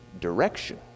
direction